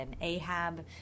Ahab